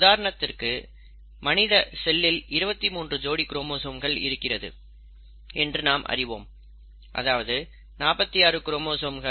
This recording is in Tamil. உதாரணத்திற்கு மனித செல்லில் 23 ஜோடி குரோமோசோம்கள் இருக்கிறது என்று நாம் அறிவோம் அதாவது 46 குரோமோசோம்கள்